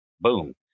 boom